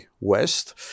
West